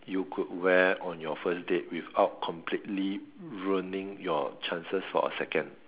you could wear on your first date without completely ruining your chances for a second